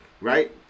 right